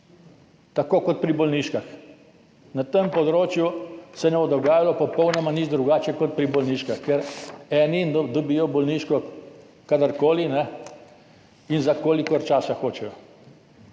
Tako kot pri bolniških. Na tem področju se ne bo dogajalo popolnoma nič drugače kot pri bolniških, ker eni dobijo bolniško kadar koli in za kolikor časa hočejo,